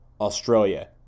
Australia